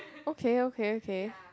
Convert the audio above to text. okay okay okay